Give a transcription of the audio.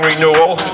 renewal